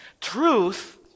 Truth